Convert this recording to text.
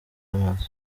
amaso